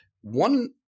One